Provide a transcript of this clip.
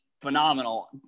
phenomenal –